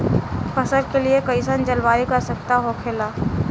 फसल के लिए कईसन जलवायु का आवश्यकता हो खेला?